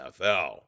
NFL